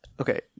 Okay